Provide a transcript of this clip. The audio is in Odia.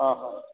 ଓହୋ